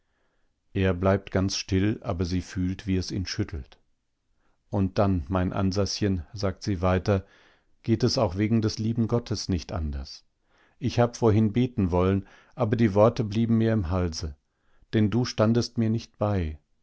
er bleibt ganz still aber sie fühlt wie es ihn schüttelt und dann mein ansaschen sagt sie weiter geht es auch wegen des lieben gottes nicht anders ich hab vorhin beten wollen aber die worte blieben mir im halse denn du standest mir nicht bei